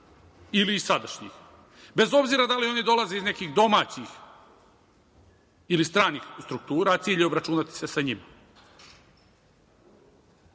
ili iz sadašnjih, bez obzira da li oni dolaze iz nekih domaćih ili stranih struktura, cilj je obračunati se sa njima.